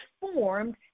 formed